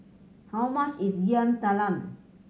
how much is Yam Talam